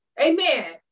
Amen